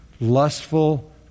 lustful